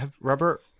Robert